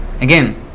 Again